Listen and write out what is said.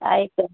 তাই তো